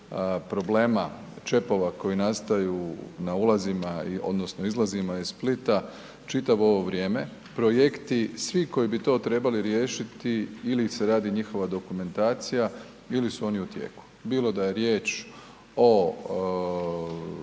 problema čepova koji nastaju na ulazima, odnosno izlazima iz Splita čitavo ovo vrijeme. Projekti svi koji bi to trebali riješiti ili se radi njihova dokumentacija ili su oni u tijeku. Bilo da je riječ o